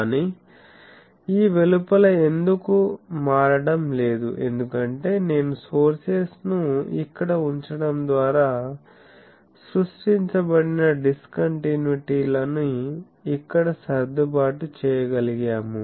కానీ ఈ వెలుపల ఎందుకు మారడం లేదు ఎందుకంటే నేను సోర్సెస్ ను ఇక్కడ ఉంచడం ద్వారా సృష్టించబడిన డిస్కంటిన్యుటీ లని ఇక్కడ సర్దుబాటు చేయగలిగాము